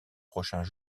prochains